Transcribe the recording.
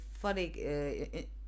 funny